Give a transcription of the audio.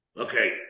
Okay